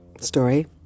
story